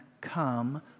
come